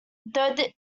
though